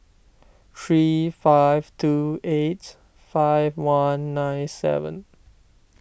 three five two eight five one nine seven